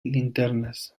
linternas